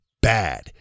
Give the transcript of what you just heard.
bad